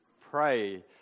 pray